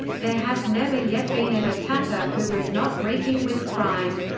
there has never yet been an attacker who was not reeking with crime.